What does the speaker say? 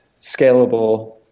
scalable